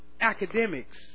academics